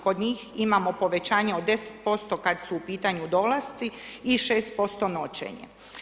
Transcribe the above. Kod njih imamo povećanje od 10% kada su u pitanju dolasci i 6% noćenje.